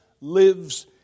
lives